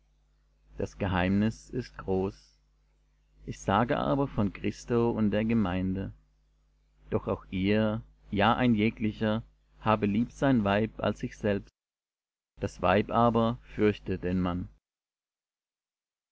das geheimnis ist groß ich sage aber von christo und der gemeinde doch auch ihr ja ein jeglicher habe lieb sein weib als sich selbst das weib aber fürchte den mann